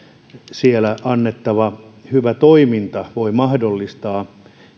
siellä annettava hyvä toiminta voi mahdollistaa